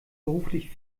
beruflich